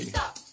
Stop